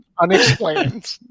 unexplained